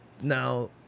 Now